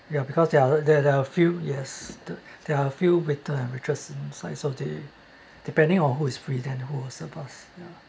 ya because there're there're there're few yes the there're a few waiter and waitress so it's like they depending on who is free then who will serve us ya